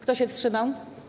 Kto się wstrzymał?